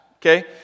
Okay